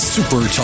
Super